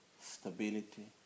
stability